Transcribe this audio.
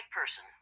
person